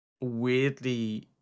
weirdly